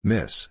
Miss